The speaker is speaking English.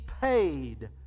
paid